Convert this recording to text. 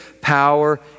power